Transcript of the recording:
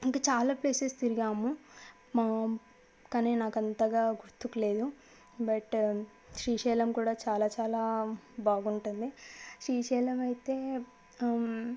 ఇంక చాలా ప్లేసెస్ తిరిగాము మా మం కానీ నాకు అంతగా గుర్తుకు లేదు బట్ శ్రీశైలం కూడా చాలా చాలా బాగుంటుంది శ్రీశైలం అయితే